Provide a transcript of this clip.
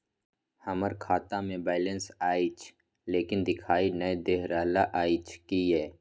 हमरा खाता में बैलेंस अएछ लेकिन देखाई नय दे रहल अएछ, किये?